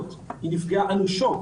נפגעה אנושות.